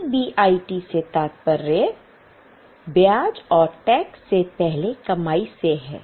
EBIT से तात्पर्य ब्याज और टैक्स से पहले कमाई से है